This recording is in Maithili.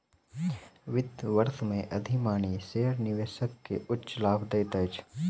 वित्त वर्ष में अधिमानी शेयर निवेशक के उच्च लाभ दैत अछि